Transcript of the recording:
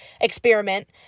experiment